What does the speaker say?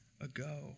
ago